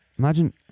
Imagine